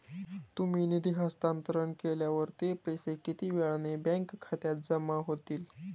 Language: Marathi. तुम्ही निधी हस्तांतरण केल्यावर ते पैसे किती वेळाने बँक खात्यात जमा होतील?